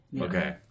Okay